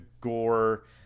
gore